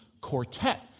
quartet